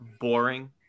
boring